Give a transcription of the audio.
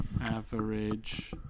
average